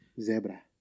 zebra